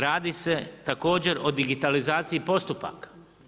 Radi se također o digitalizaciji postupaka.